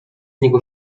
niego